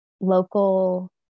local